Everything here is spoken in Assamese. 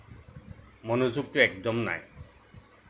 মনোযোগটো একদম নাই